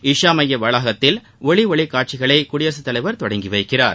இஷா எமய வளாகத்தில் ஒலி ஒளி காட்சிகளை குடியரசுத் தலைவர் தொடங்கி வைக்கிறார்